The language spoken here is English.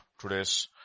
today's